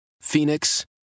Phoenix